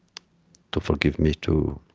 to forgive me too.